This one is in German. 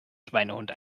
schweinehund